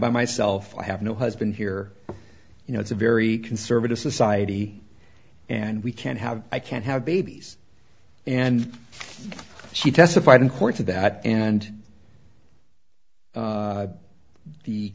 by myself i have no husband here you know it's a very conservative society and we can't have i can't have babies and she testified in court to that and